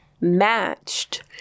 matched